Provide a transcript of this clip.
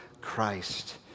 Christ